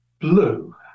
blue